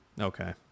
okay